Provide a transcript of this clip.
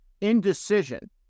indecision